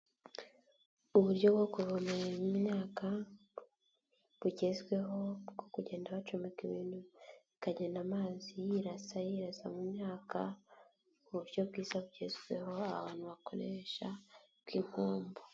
Uburyo bwo kuvomerera imyaka, bugezweho bwo kugenda bacomeka ibintu bakagena amazi yirasa yiraza mu myaka, ni uburyo bwiza bugezweho abantu bakoresha bw'impombo.